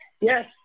Yes